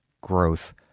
growth